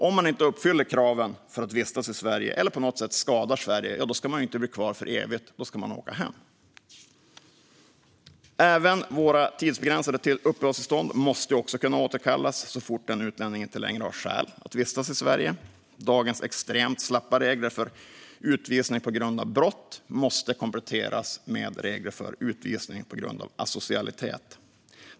Om man inte uppfyller kraven för att vistas i Sverige eller på något sätt skadar Sverige ska man inte bli kvar för evigt utan åka hem. Även tidsbegränsade uppehållstillstånd måste kunna återkallas så fort en utlänning inte längre har skäl att vistas i Sverige. Dagens extremt slappa regler för utvisning på grund av brott måste kompletteras med regler för utvisning på grund av asocialitet.